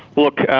look,